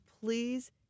Please